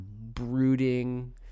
brooding